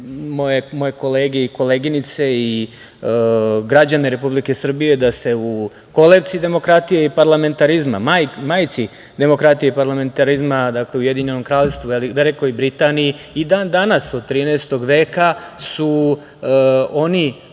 moje kolege i koleginice i građane Republike Srbije da u kolevci demokratije i parlamentarizma, majci demokratije i parlamentarizma, dakle u Ujedinjenom kraljevstvu, u Velikoj Britaniji, i dan danas, od 13 veka, su oni